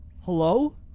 Hello